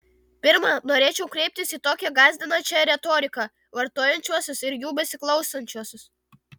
pirma norėčiau kreiptis į tokią gąsdinančią retoriką vartojančiuosius ir jų besiklausančiuosius